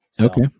Okay